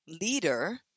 leader